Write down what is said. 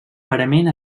parament